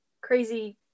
crazy